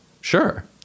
sure